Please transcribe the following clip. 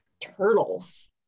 turtles